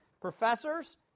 professors